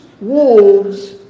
wolves